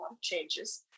changes